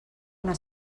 una